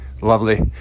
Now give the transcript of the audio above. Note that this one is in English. Lovely